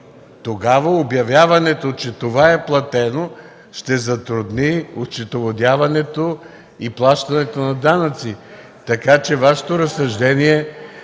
тогава обявяването, че това е платено ще затрудни осчетоводяването и плащането на данъци. Така че Вашето разсъждение